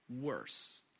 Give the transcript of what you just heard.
worse